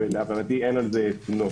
להבנתי אין על זה תלונות,